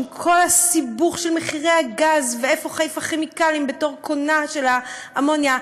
עם כל הסיבוך של מחירי הגז ואיפה חיפה כימיקלים בתור קונה של האמוניה,